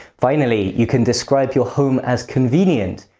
finally, you can describe your home as convenient,